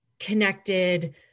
connected